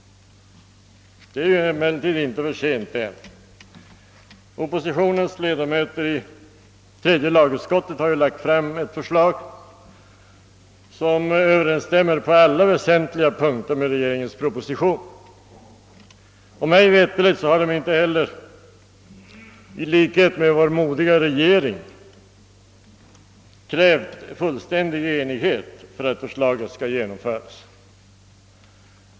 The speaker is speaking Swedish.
Det är emellertid inte för sent ännu. 'Oppositionens ledamöter i tredje lagutskottet har lagt fram ett förslag som på alla väsentliga punkter överensstämmer med regeringens proposition. Mig veterligt har de inte, i likhet med vår modiga regering, krävt fullständig enighet för att förslaget skall genomföras.